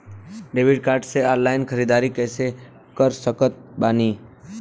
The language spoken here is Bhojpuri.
डेबिट कार्ड से ऑनलाइन ख़रीदारी कैसे कर सकत बानी?